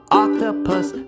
octopus